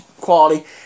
quality